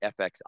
FX